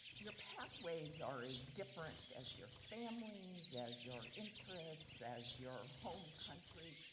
your pathways are as different as your families, as your interests, as your home country.